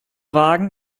wagen